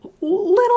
little